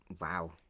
Wow